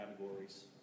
categories